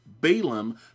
Balaam